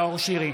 נאור שירי,